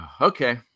Okay